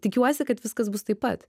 tikiuosi kad viskas bus taip pat